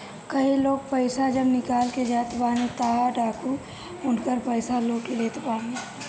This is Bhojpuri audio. कई लोग पईसा जब निकाल के जाते बाने तअ डाकू उनकर पईसा लूट लेत बाने